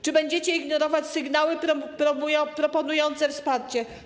Czy będziecie ignorować sygnały proponujące wsparcie?